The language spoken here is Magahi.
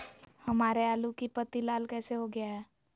हमारे आलू की पत्ती लाल कैसे हो गया है?